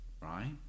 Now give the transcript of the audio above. right